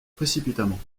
précipitamment